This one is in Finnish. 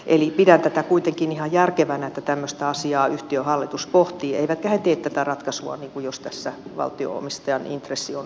eli pidän tätä kuitenkin ihan järkevänä että tämmöistä asiaa yhtiön hallitus pohtii eivätkä he tee tätä ratkaisua jos tässä valtio omistajan intressi on toisensuuntainen